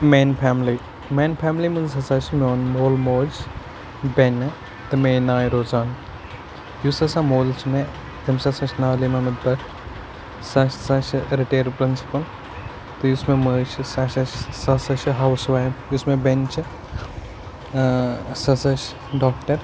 میٛانہِ فیملی میٛانہِ فیملی منٛز ہَسا چھِ میٛون مول موج بؠنہِ تہٕ میٛٲنۍ نان روزان یُس ہسا مول چھُ مےٚ تٔمِس ہسا چھُ ناو علی محمَد بٹ سُہ سُہ چھُ ریٹایِٔر پرِنٛسِپُل تہٕ یُس مےٚ مٲج چھِ سۅ ہسا چھِ ہاوُس وایِف یۅس مےٚ بؠنِہ چھِ أمۍ سۅ ہسا چھِ ڈاکٹر